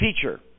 Teacher